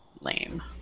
Lame